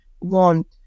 want